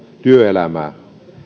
työelämää